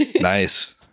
Nice